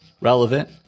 Relevant